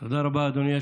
האישי